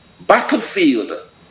battlefield